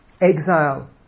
Exile